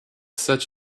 such